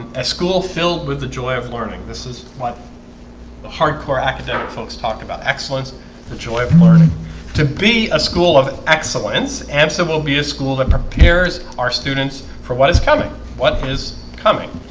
a school filled with the joy of learning this is what the hard core academic folks talked about excellence the joy of learning to be a school of excellence amsa will be a school that prepares our students for what is coming what is coming?